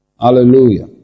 hallelujah